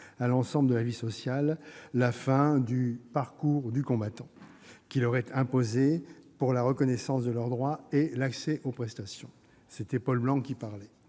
à l'ensemble de la vie sociale, la fin du " parcours du combattant " qui leur est imposé pour la reconnaissance de leurs droits et l'accès aux prestations. » Notre collègue ajoutait